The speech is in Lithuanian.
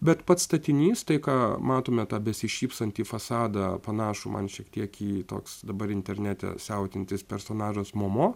bet pats statinys tai ką matome tą besišypsantį fasadą panašų man šiek tiek į toks dabar internete siautėjantis personažas momo